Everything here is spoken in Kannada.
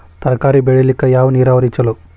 ತರಕಾರಿ ಬೆಳಿಲಿಕ್ಕ ಯಾವ ನೇರಾವರಿ ಛಲೋ?